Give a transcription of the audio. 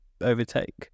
overtake